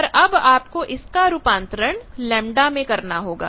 पर अब आपको इसका रूपांतरण λ में करना होगा